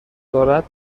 دارد